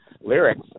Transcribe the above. lyrics